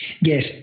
Yes